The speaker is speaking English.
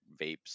vapes